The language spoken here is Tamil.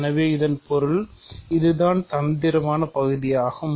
எனவே இதன் பொருள் இது இதன் தந்திரமான பகுதியாகும்